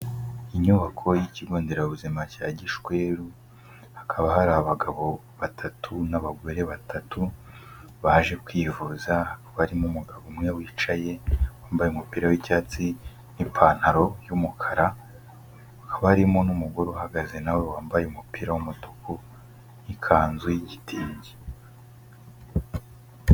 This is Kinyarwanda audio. Inyubako y'ikigo nderabuzima cya Gishweru hakaba hari abagabo batatu n'abagore batatu, baje kwivuza barimo umugabo umwe wicaye wambaye umupira w'icyatsi n'ipantaro y'umukara, barimo n'umugore uhagaze na we wambaye umupira w'umutuku n'ikanzu y'igitenge.